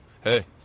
hey